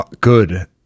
good